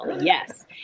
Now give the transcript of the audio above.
yes